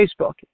Facebook